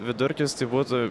vidurkis tai būtų